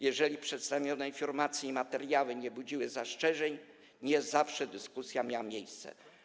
Jeżeli przedstawione informacje i materiały nie budziły zastrzeżeń, nie zawsze dyskusja miała miejsce.